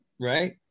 Right